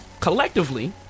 collectively